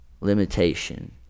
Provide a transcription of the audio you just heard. limitation